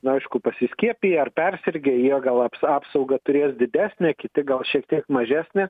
na aišku pasiskiepiję ar persirgę jie gal apsaugą turės didesnę kiti gal šiek tiek mažesnę